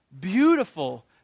beautiful